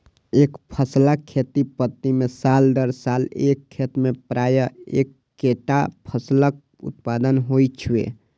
एकफसला खेती पद्धति मे साल दर साल एक खेत मे प्रायः एक्केटा फसलक उत्पादन होइ छै